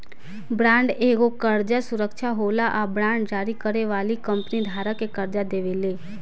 bond एगो कर्जा सुरक्षा होला आ बांड जारी करे वाली कंपनी धारक के कर्जा देवेले